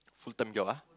full time job ah